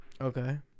Okay